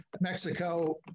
Mexico